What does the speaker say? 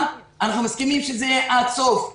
אנחנו מסכימים שזה יהיה עד סוף אפריל,